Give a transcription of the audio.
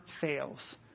fails